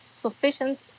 sufficient